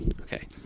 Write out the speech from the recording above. Okay